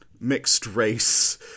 mixed-race